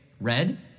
Red